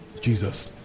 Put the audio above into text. Jesus